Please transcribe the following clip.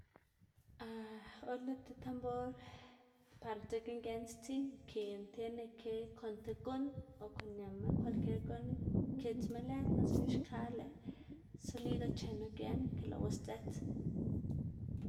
or lëꞌ ti tambor par, dzekna gien stsiy nkiꞌn tiene ke kon ti guꞌn o kon ñama kwalkier guꞌn kitsma lëd knu, dzekna xka lëꞌ sonido chenu gien ke lëꞌwu sdzëts.